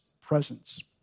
presence